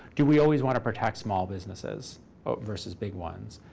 do we always want to protect small businesses versus big ones?